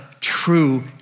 true